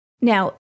now